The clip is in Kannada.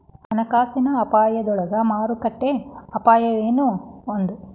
ಹಣಕಾಸಿನ ಅಪಾಯದೊಳಗ ಮಾರುಕಟ್ಟೆ ಅಪಾಯನೂ ಒಂದ್